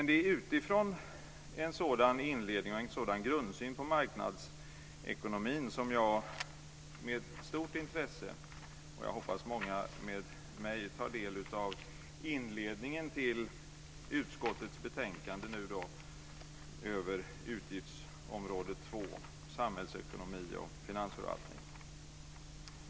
Det är utifrån en sådan grundsyn på marknadsekonomin som jag, och jag hoppas många med mig, med stort intresse tagit del av inledningen till utskottets betänkande Utgiftsområde 2 Samhällsekonomi och finansförvaltning.